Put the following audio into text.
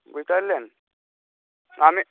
বুঝতে পারলেন আমি